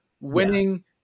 winning